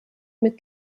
mit